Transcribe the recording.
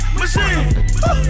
machine